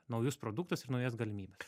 naujus produktus ir naujas galimybes